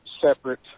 separate